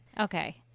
Okay